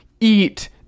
eat